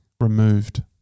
removed